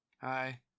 Hi